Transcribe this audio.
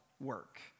work